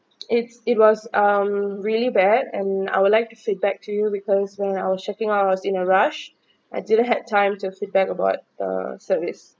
it's it was um really bad and I would like to feedback to you because when I was checking out I was in a rush I didn't have time to feedback about uh service